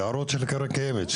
יערות של קרן קיימת,